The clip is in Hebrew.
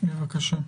בבקשה.